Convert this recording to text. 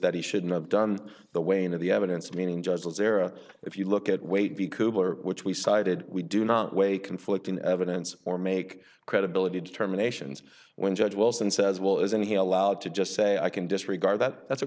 that he shouldn't have done the weighing of the evidence meaning just as era if you look at weight which we cited we do not weigh conflicting evidence or make credibility determinations when judge wilson says well isn't he allowed to just say i can disregard that that's a